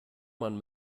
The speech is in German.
man